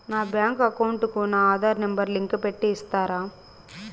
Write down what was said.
నా bank account కు నా ఆధార్ నెంబర్ లింకు పెట్టి ఇస్తారా?